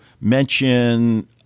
mention